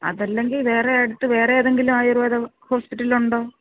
അത് അല്ലെങ്കിൽ വേറെ അടുത്ത് വേറെതെങ്കിലും ആയൂർവേദ ഹോസ്പിറ്റലുണ്ടോ